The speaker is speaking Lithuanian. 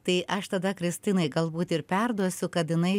tai aš tada kristinai galbūt ir perduosiu kad jinai